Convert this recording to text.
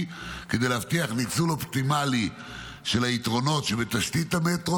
כדי להבטיח ניצול אופטימלי של היתרונות שבתשתית המטרו.